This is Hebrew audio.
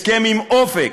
הסכם עם אופק,